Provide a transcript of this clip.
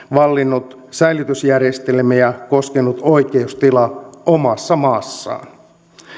vallinnut säilytysjärjestelmiä koskenut oikeustila omassa maassaan